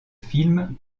films